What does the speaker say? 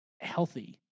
healthy